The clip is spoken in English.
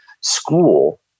School